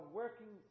working